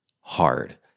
hard